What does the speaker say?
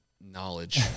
knowledge